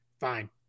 fine